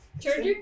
Charger